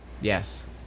Yes